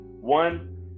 One